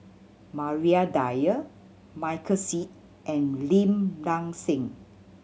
Maria Dyer Michael Seet and Lim Nang Seng